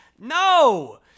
No